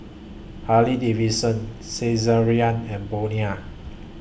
Harley Davidson Saizeriya and Bonia